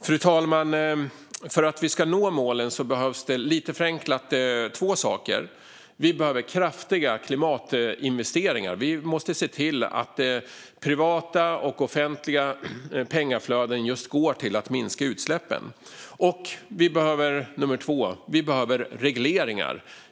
Fru talman! För att vi ska nå målen behövs det, lite förenklat, två saker. Vi behöver kraftiga klimatinvesteringar. Vi måste se till att privata och offentliga pengaflöden går just till att minska utsläppen. Vi behöver också regleringar.